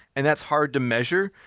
and that's hard to measure.